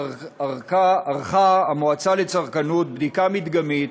ערכה המועצה לצרכנות בדיקה מדגמית